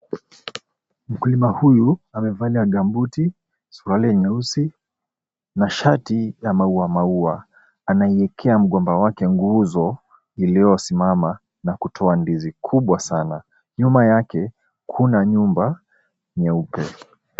Mkulima huyu amevalia gambuti, suruali nyeusi na shati la maua maua anaelekea mgomba wake nguzo iliosimama na kutoa ndizi kubwa sana. Nyuma yake kuna nyumba nyeupe.